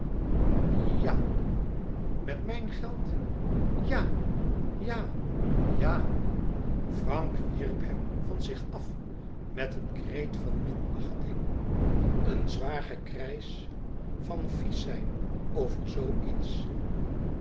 ja met mijn geld ja ja ja frank wierp hem van zich af met een kreet van minachting een zwaar gekrijsch van viesch zijn over zoo iets